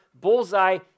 bullseye